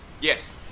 Yes